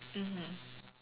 mmhmm